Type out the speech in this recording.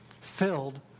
Filled